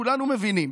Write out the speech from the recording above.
כולנו מבינים,